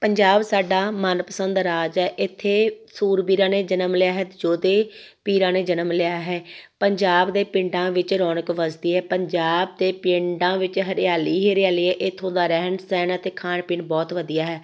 ਪੰਜਾਬ ਸਾਡਾ ਮਨਪਸੰਦ ਰਾਜ ਹੈ ਇੱਥੇ ਸੂਰਬੀਰਾਂ ਨੇ ਜਨਮ ਲਿਆ ਹੈ ਅਤੇ ਯੋਧੇ ਪੀਰਾਂ ਨੇ ਜਨਮ ਲਿਆ ਹੈ ਪੰਜਾਬ ਦੇ ਪਿੰਡਾਂ ਵਿੱਚ ਰੌਣਕ ਵਸਦੀ ਹੈ ਪੰਜਾਬ ਦੇ ਪਿੰਡਾਂ ਵਿੱਚ ਹਰਿਆਲੀ ਹੀ ਹਰਿਆਲੀ ਹੈ ਇੱਥੋਂ ਦਾ ਰਹਿਣ ਸਹਿਣ ਅਤੇ ਖਾਣ ਪੀਣ ਬਹੁਤ ਵਧੀਆ ਹੈ